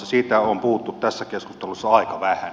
siitä on puhuttu tässä keskustelussa aika vähän